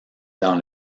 dans